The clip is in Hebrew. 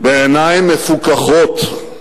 בעיניים מפוכחות.